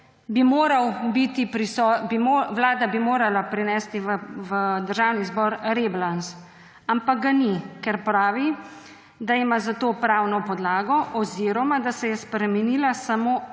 Vlada bi morala prinesti v Državni zbor rebalans, ampak ga ni, ker pravi, da ima za to pravno podlago oziroma da se je spremenila samo ena